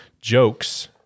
jokes